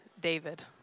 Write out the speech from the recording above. David